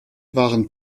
waren